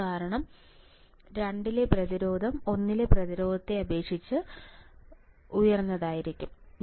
VGS2 കാരണം രണ്ടിലെ പ്രതിരോധം ഒന്നിലെ പ്രതിരോധത്തെ അപേക്ഷിച്ച് ഉയർന്നതായിരിക്കും